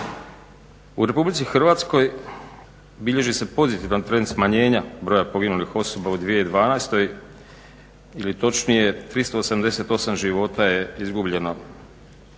U RH bilježi se pozitivan trend smanjenja broja poginulih osoba u 2012.ili točnije 388 života je izguljeno